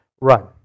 run